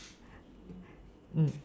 mm